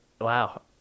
wow